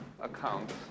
account